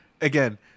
Again